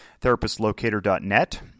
therapistlocator.net